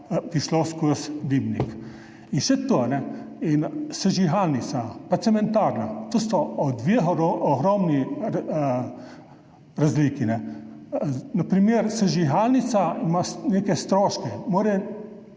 bi šlo skozi dimnik. Še to. Sežigalnica pa cementarna, to sta dve ogromni razliki. Na primer, sežigalnica ima neke stroške,